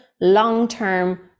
long-term